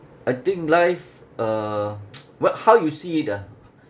I think life uh what how you see it ah